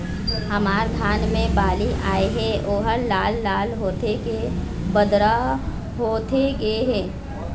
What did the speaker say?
हमर धान मे बाली आए हे ओहर लाल लाल होथे के बदरा होथे गे हे?